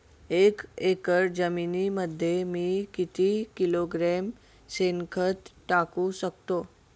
एक एकर जमिनीमध्ये मी किती किलोग्रॅम शेणखत टाकू शकतो?